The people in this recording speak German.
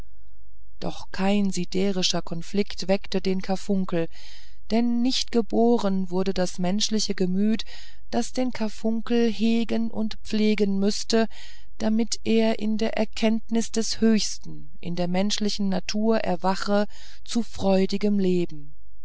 doch kein siderischer konflikt weckte den karfunkel denn nicht geboren wurde das menschliche gemüt das den karfunkel hegen und pflegen müßte damit er in der erkenntnis des höchsten in der menschlichen natur erwache zu freudigem leben